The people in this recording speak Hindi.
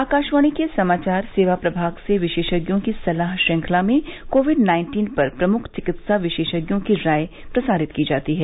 आकाशवाणी के समाचार सेवा प्रभाग से विशेषज्ञों की सलाह श्रृंखला में कोविड नाइन्टीन पर प्रमुख चिकित्सा विशेषज्ञों की राय प्रसारित की जाती है